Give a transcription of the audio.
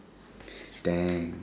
dang